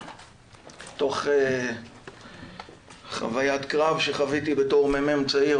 מתוך חוויית קרב שחוויתי בתור מ"מ צעיר